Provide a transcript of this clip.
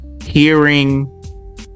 hearing